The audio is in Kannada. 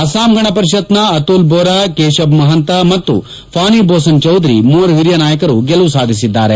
ಅಸ್ಲಾಂ ಗಣ ಪರಿಷತ್ನ ಅತುಲ್ ಜೋರಾ ಕೇಶಬ್ ಮಹಂತ ಮತ್ತು ಫಾನಿ ಭೂಸನ್ ಚೌಧರಿ ಮೂವರು ಹಿರಿಯ ನಾಯಕರು ಗೆಲುವು ಸಾಧಿಸಿದ್ದಾರೆ